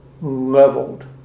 leveled